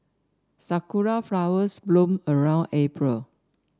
sakura flowers bloom around April